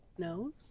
knows